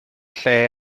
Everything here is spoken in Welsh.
lle